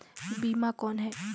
बीमा कौन है?